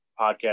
podcast